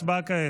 הצבעה כעת.